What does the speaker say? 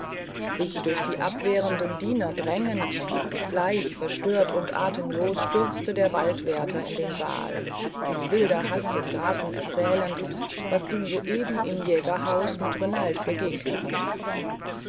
sich durch die abwehrenden diener drängend und bleich verstört und atemlos stürzte der waldwärter in den saal in wilder hast dem grafen erzählend was ihm soeben im jägerhaus mit renald begegnet